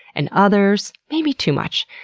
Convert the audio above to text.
and others, maybe too much.